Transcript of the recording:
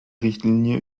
richtlinie